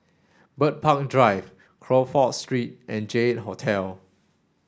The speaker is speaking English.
Bird Park Drive Crawford Street and J eight Hotel